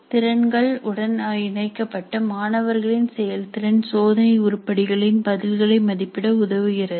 திறன்கள் உடன் இணைக்கப்பட்டு மாணவர்களின் செயல் திறன் சோதனை உருப்படிகள் இன் பதில்களை மதிப்பிட உதவுகிறது